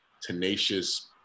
tenacious